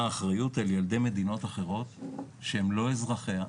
אחריות על ילדי מדינות אחרות שהם לא אזרחיה,